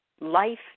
life